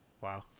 Wow